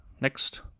Next